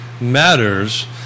matters